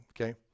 okay